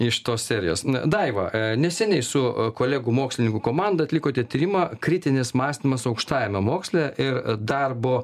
iš tos serijos daiva neseniai su kolegų mokslininkų komanda atlikote tyrimą kritinis mąstymas aukštajame moksle ir darbo